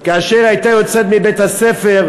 כאשר הייתה יוצאת מבית-הספר,